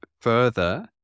further